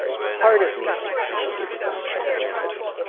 part of me thinks he should do his own shopping and cooking,